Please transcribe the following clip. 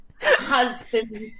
husband